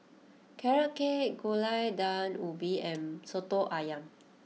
Carrot Cake Gulai Daun Ubi and Soto Ayam